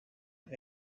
ebb